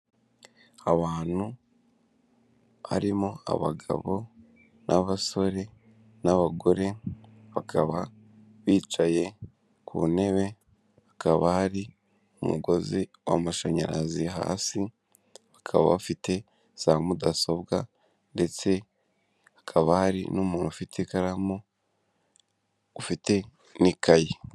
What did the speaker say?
Abantu harimo abagabo n'abasore, n'abagore, bakaba bicaye ku ntebe hakaba hari umugozi w'amashanyarazi hasi, bakaba bafite za mudasobwa ndetse hakaba hari n'umuntu ufite ikaramu ufite n'ikayi.